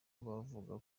bavuga